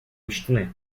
учтены